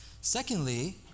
Secondly